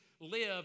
live